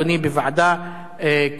בוועדה כאן,